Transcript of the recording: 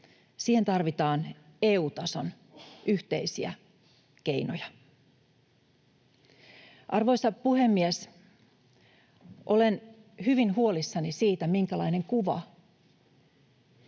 siihen tarvitaan EU-tason yhteisiä keinoja. Arvoisa puhemies! Olen hyvin huolissani siitä, minkälainen kuva